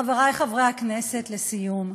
חברי חברי הכנסת, לסיום,